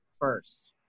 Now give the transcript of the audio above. first